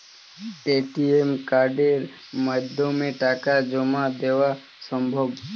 ATM কার্ডের মাধ্যমে টাকা জমা দেওয়া সম্ভব?